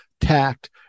tact